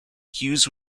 hughes